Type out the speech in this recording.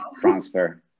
transfer